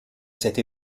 cette